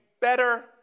better